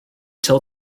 till